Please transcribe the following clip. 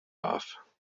off